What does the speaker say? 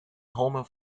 homer